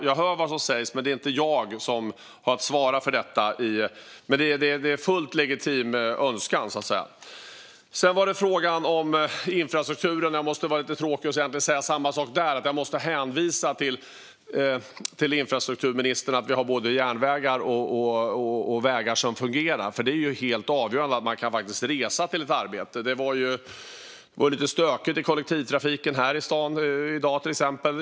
Jag hör vad som sägs. Det är dock inte jag som ansvarar för detta. Men det är en fullt legitim önskan. Det kom också en fråga om infrastrukturen. Jag måste vara lite tråkig och säga samma sak där; jag måste hänvisa till infrastrukturministern när det gäller att vi ska ha både vägar och järnvägar som fungerar. Det är avgörande att man kan resa till ett arbete. Det var till exempel lite stökigt i kollektivtrafiken här i stan i dag.